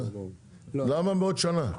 למה בעוד שנה?